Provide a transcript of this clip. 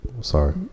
Sorry